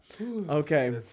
Okay